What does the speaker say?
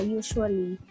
usually